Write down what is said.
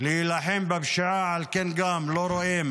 להילחם בפשיעה, ועל כן לא רואים